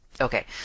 Okay